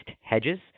hedges